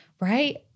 right